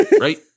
right